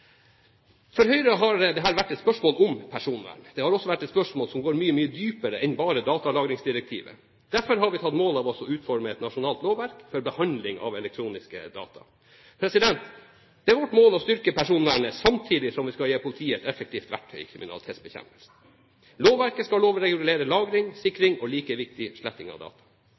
For Høyre har dette vært et spørsmål om personvern. Det har også vært et spørsmål som går mye, mye dypere enn bare datalagringsdirektivet. Derfor har vi tatt mål av oss til å utforme et nasjonalt lovverk for behandling av elektronisk data. Det er vårt mål å styrke personvernet samtidig som vi skal gi politiet et effektivt verktøy i kriminalitetsbekjempelsen. Lovverket skal lovregulere lagring, sikring, og – like viktig – sletting av data.